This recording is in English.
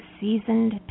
seasoned